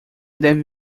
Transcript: deve